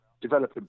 developing